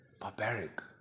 barbaric